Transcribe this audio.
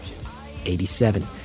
87